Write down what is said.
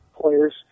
players